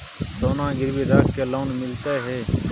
सोना गिरवी रख के लोन मिलते है?